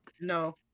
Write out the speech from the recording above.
No